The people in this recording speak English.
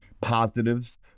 positives